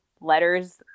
letters